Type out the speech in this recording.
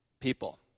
people